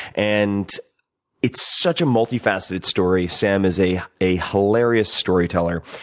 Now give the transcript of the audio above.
and it's such a multi-faceted story. sam is a a hilarious storyteller,